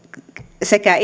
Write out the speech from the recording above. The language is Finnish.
sekä